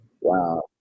Wow